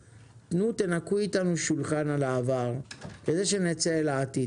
תנקו איתנו שולחן על העבר כדי שנצא אל העתיד.